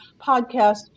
podcast